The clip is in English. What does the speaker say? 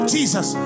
Jesus